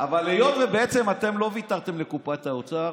אבל היות שבעצם אתם לא ויתרתם לקופת האוצר,